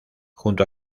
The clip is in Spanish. junto